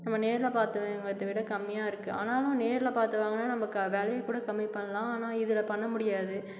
நம்ம நேரில் பார்த்து வாங்கிறதை விட கம்மியாக இருக்குது ஆனாலும் நேரில் பார்த்து வாங்கினா நம்மக்கு விலையும் கூட கம்மி பண்ணலாம் ஆனால் இதில் பண்ண முடியாது